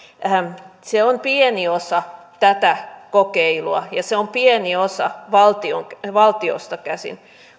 se on pieni osa tätä kokeilua ja se on pieni osa valtiosta käsin